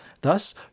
Thus